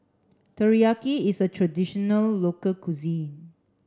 teriyaki is a traditional local cuisine